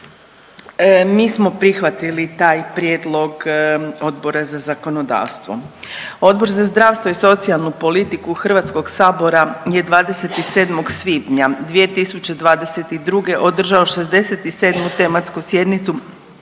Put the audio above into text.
Mi smo prihvatili taj prijedlog Odbora za zakonodavstvo. Odbor za zdravstvo i socijalnu politiku HS je 27. svibnja 2022. održao 67. tematsku sjednicu